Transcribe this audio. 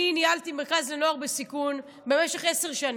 אני ניהלתי מרכז לנוער בסיכון במשך עשר שנים,